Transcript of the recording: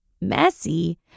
messy